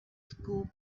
school